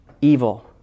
evil